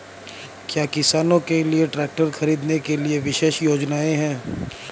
क्या किसानों के लिए ट्रैक्टर खरीदने के लिए विशेष योजनाएं हैं?